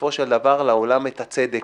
בסופו של דבר לעולם את הצדק.